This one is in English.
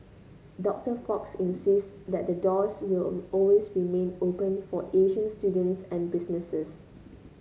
Doctor Fox insists that the doors will always remain open for Asian students and businesses